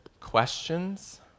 questions